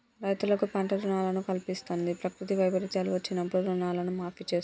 రైతులకు పంట రుణాలను కల్పిస్తంది, ప్రకృతి వైపరీత్యాలు వచ్చినప్పుడు రుణాలను మాఫీ చేస్తుంది